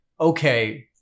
okay